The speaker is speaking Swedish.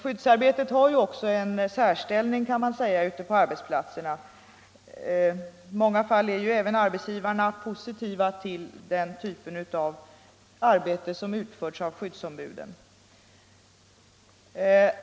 Man kan också säga att skyddsarbetet ute på arbetsplatserna har en särställning, eftersom arbetsgivarna i många fall är positivt inställda till den typ av arbete som utförs av skyddsombuden.